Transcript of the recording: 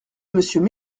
monsieur